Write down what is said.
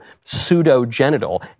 pseudo-genital